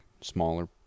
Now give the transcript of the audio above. Smaller